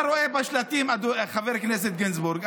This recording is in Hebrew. אתה רואה בשלטים, חבר הכנסת גינזבורג,